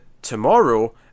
tomorrow